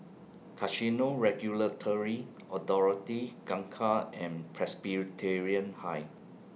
Casino Regulatory Authority Kangkar and Presbyterian High